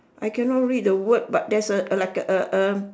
I cannot read the word but there's a like a a a